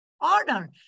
order